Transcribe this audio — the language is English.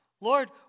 Lord